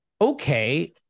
okay